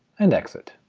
and exit.